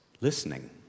listening